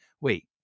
Wait